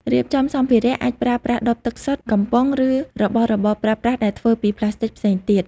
រៀបចំសម្ភារៈ អាចប្រើប្រាស់ដបទឹកសុទ្ធ កំប៉ុង ឬរបស់របរប្រើប្រាស់ដែលធ្វើពីផ្លាស្ទិកផ្សេងទៀត។